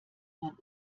man